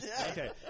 Okay